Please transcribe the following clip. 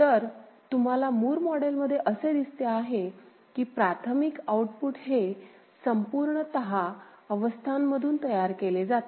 तर तुम्हाला मूर मॉडेलमध्ये असे दिसते आहे की प्राथमिक आउटपुट हे संपूर्णतः अवस्थांमधून तयार केले जातात